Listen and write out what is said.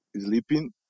sleeping